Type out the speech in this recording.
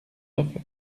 neuf